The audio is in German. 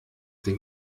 den